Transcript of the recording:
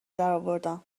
درآوردم